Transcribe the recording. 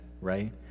right